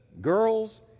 girls